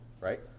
right